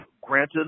granted